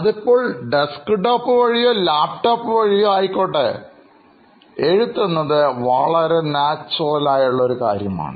അതിപ്പോൾ ഡെസ്ക്ടോപ്പ് വഴിയോ ലാപ്ടോപ്പ് വഴിയോ ആയിക്കോട്ടെ എഴുത്ത് എന്നത് വളരെ സ്വാഭാവികമായ ഒരു കാര്യമാണ്